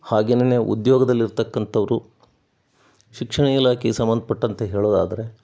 ಹಾಗೆನೇ ಉದ್ಯೋಗದಲ್ಲಿ ಇರತಕ್ಕಂಥವ್ರು ಶಿಕ್ಷಣ ಇಲಾಖೆಗೆ ಸಂಬಂಧಪಟ್ಟಂತೆ ಹೇಳೋದಾದರೆ